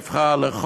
ראש העיר הנבחר,